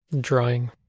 drawing